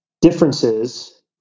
differences